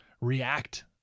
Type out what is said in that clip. react